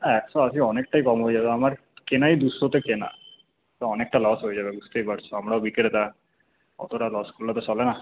একশো আশি অনেকটাই কম হয়ে যাবে আমার কেনাই দুশোতে কেনা তো অনেকটা লস হয়ে যাবে বুঝতেই পারছ আমরাও বিক্রেতা ওতটা লস করলে তো চলে না